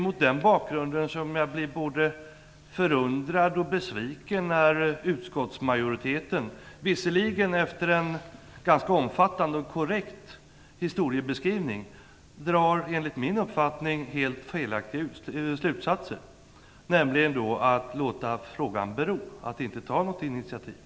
Mot den bakgrunden blir jag både förundrad och besviken när utskottsmajoriteten, visserligen efter en ganska omfattande och korrekt historieskrivning, drar helt felaktiga slutsatser. Man väljer nämligen att låta frågan bero, att inte ta något initiativ.